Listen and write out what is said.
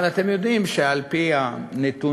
אבל אתם יודעים שעל-פי הנתונים,